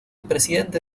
presidente